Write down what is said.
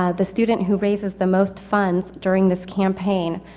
ah the student who raises the most funds during this campaign.